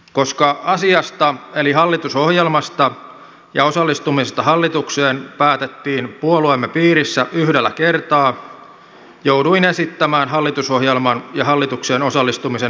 koska asiasta eli hallitusohjelmasta ja osallistumisesta hallitukseen päätettiin puolueemme piirissä yhdellä kertaa jouduin esittämään hallitusohjelman ja hallitukseen osallistumisen hylkäämistä